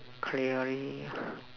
clearly ah